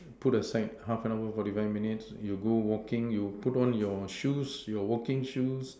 put aside half an hour forty five minutes you go walking you put on your shoes your walking shoes